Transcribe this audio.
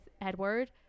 Edward